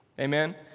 Amen